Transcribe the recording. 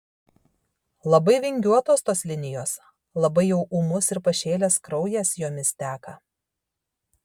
labai vingiuotos tos linijos labai jau ūmus ir pašėlęs kraujas jomis teka